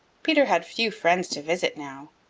peter had few friends to visit now.